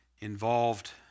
involved